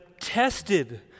tested